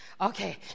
okay